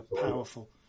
powerful